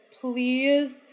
please